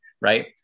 right